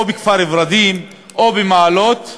בכפר-ורדים או במעלות,